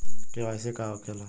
KYC का होखेला?